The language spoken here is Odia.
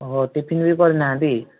ଓଃ ହ ଟିଫିନ ବି କରିନାହାଁନ୍ତି